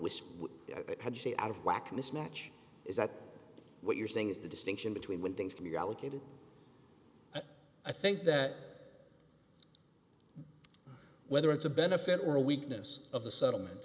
which it had to stay out of whack mismatch is that what you're saying is the distinction between when things can be got a kid i think that whether it's a benefit or a weakness of the settlement